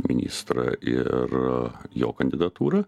ministrą ir jo kandidatūrą